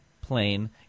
plane